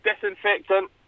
disinfectant